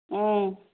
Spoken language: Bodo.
उम